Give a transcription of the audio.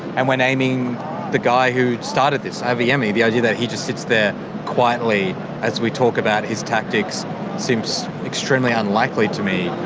and we're naming the guy who started this, avi yemini, the idea that he just sits there quietly as we talk about his tactics seems extremely unlikely to me.